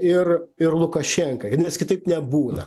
ir ir lukašenka ir nes kitaip nebūna